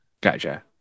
Gotcha